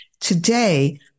Today